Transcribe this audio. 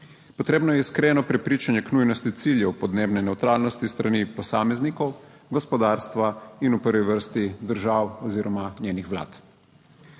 Potrebno je iskreno prepričanje o nujnosti ciljev podnebne nevtralnosti s strani posameznikov, gospodarstva in v prvi vrsti držav oziroma njihovih vlad.